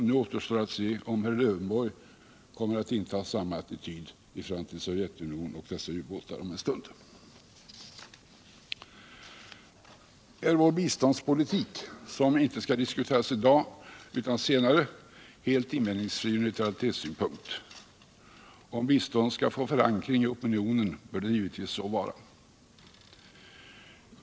Nu återstår att se om herr Lövenborg om en stund kommer att inta samma attityd i förhållande till Sovjetunionen och dess ubåtar i Östersjön. Är vår biståndspolitik, som inte skall diskuteras i dag utan senare, helt invändningsfri från neutralitetssynpunkt? Om biståndet skall få förankring i opinionen bör den givetvis så vara.